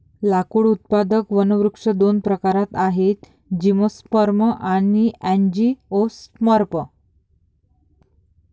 लाकूड उत्पादक वनवृक्ष दोन प्रकारात आहेतः जिम्नोस्पर्म आणि अँजिओस्पर्म